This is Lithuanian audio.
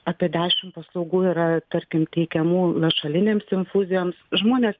apie dešimt paslaugų yra tarkim teikiamų lašelinėms infuzijoms žmonės